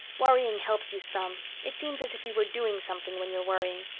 worrying helps you some it seems as if you were doing something when you're worrying.